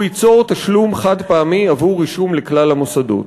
הוא ייצור תשלום חד-פעמי עבור רישום לכלל המוסדות.